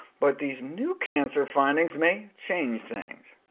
but these new cancer findings may change things.